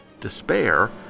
Despair